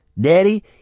Daddy